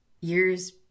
years